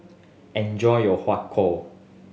enjoy your Har Kow